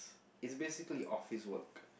it's basically office work